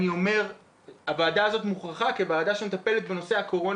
אני אומר שמהוועדה הזאת שמטפלת בנושא הקורונה